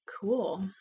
Cool